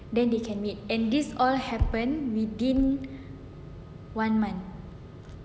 then they can meet and this all happened within one month